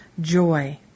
joy